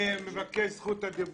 אני מבקש את זכות הדיבור.